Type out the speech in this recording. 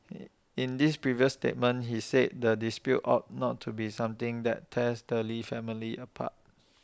in this previous statement he said the dispute ought not to be something that tears the lee family apart